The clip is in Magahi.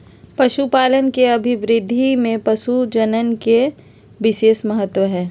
पशुपालन के अभिवृद्धि में पशुप्रजनन के विशेष महत्त्व हई